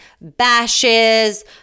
bashes